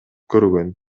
көргөн